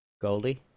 Goldie